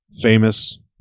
famous